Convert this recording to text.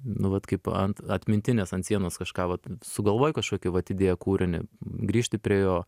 nu vat kaip ant atmintinės ant sienos kažką vat sugalvoji kažkokį vat idėją kūrinį grįžti prie jo